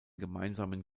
gemeinsamen